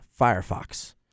Firefox